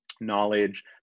knowledge